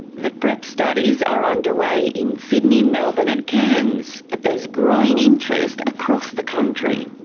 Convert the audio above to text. the prep studies are underway in sydney, melbourne and cairns, but there's growing interest across the country.